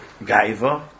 gaiva